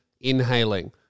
inhaling